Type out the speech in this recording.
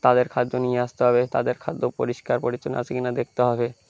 তাদের খাদ্য নিয়ে আসতে হবে তাদের খাদ্য পরিষ্কার পরিচ্ছন্ন আছে কিনা দেখতে হবে